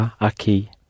aqui